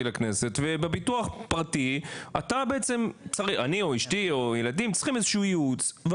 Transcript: לכנסת ובביטוח הפרטי אתה בעצם צריך איזשהו ייעוץ,